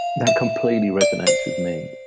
that completely resonates with me.